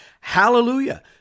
hallelujah